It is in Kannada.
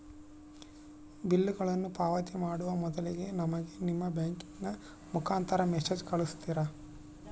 ಬಿಲ್ಲುಗಳನ್ನ ಪಾವತಿ ಮಾಡುವ ಮೊದಲಿಗೆ ನಮಗೆ ನಿಮ್ಮ ಬ್ಯಾಂಕಿನ ಮುಖಾಂತರ ಮೆಸೇಜ್ ಕಳಿಸ್ತಿರಾ?